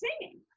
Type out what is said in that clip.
singing